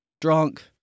drunk